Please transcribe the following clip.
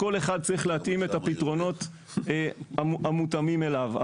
לכול אחד צריך להתאים את הפתרונות מותאמים אליו.